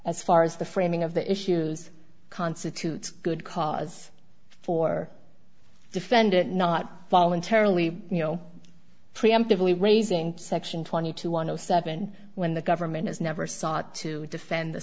as far as the framing of the issues constitutes good cause for defendant not voluntarily you know preemptively raising section twenty two one zero seven when the government has never sought to defend the